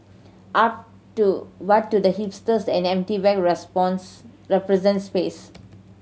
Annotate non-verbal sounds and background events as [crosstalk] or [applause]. [unintelligible] to but to hipsters an empty bag [unintelligible] represents space